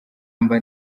mba